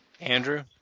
Andrew